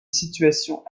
situation